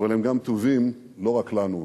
אבל הם גם טובים לא רק לנו.